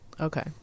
Okay